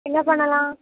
என்ன பண்ணலாம்